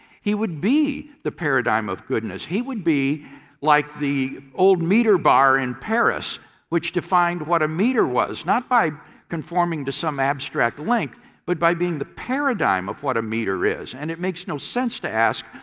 he would be the paradigm of goodness. he would be like the old meter bar in paris which defined what a meter was not by conforming to some abstract length but by being the paradigm of what a meter is. and it makes no sense to ask,